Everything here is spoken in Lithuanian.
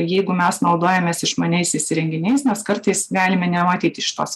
jeigu mes naudojamės išmaniaisiais įrenginiais nes kartais galime nematyt iš tos